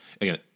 again